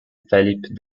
felipe